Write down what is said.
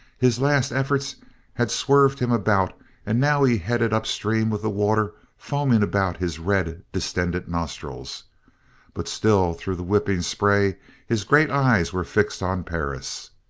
his last efforts had swerved him about and now he headed up stream with the water foaming about his red, distended nostrils but still through the whipping spray his great eyes were fixed on perris.